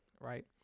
right